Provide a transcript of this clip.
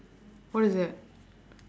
what is that